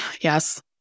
Yes